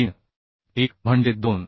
1 म्हणजे 2